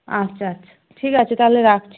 আচ্ছা আচ্ছা ঠিক আছে তাহলে রাখছি